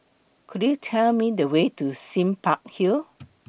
Could YOU Tell Me The Way to Sime Park Hill